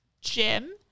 gym